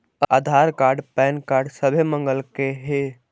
आधार card PAN card सभे मगलके हे?